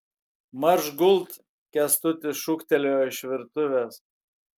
marš gult kęstutis šūktelėjo iš virtuvės